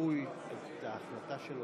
חבריי חברי הכנסת,